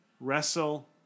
Wrestle